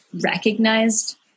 recognized